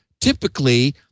typically